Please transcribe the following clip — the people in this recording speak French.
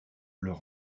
leur